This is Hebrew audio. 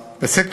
זה צעד קטן,